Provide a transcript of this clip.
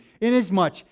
inasmuch